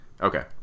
Okay